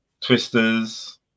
Twisters